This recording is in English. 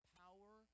power